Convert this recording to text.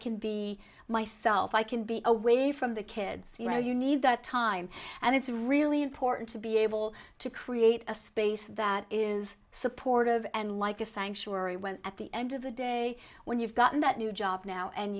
can be myself i can be away from the kids you know you need that time and it's really important to be able to create a space that is supportive and like a sanctuary when at the end of the day when you've got that new job now and